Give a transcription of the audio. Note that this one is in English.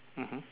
mmhmm